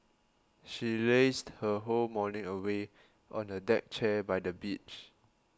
she lazed her whole morning away on the deck chair by the beach